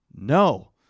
No